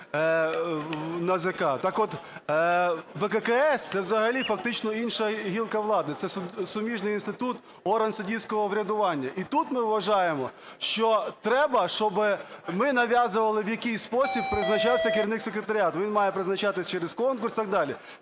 Так от ВККС – це взагалі фактично інша гілка влади, це суміжний інститут, орган суддівського врядування. І тут ми вважаємо, що треба, щоб ми нав'язували, в який спосіб призначався керівник секретаріату. Він має призначатись через конкурс і так далі.